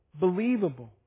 believable